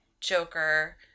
Joker